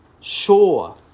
sure